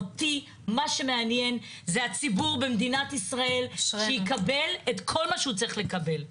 אותי מה שמעניין זה הציבור במדינת ישראל שיקבל את כל מה שהוא צריך לקבל.